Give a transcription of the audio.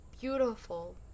beautiful